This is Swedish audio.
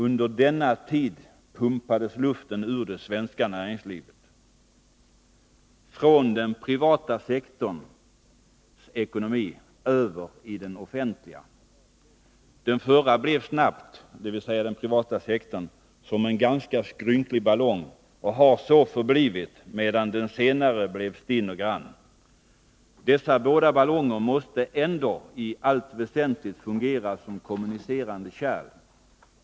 Under denna tid pumpades luften ur det svenska näringslivet, från den privata sektorns ekonomi över till den offentliga. Den förra — dvs. den privata sektorn — blev snabbt som en ganska skrynklig ballong och har så förblivit, medan den senare blev stinn och grann. Dessa båda ballonger måste ändå i allt väsentligt fungera som kommunicerande kärl.